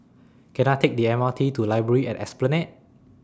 Can I Take The M R T to Library At Esplanade